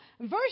verse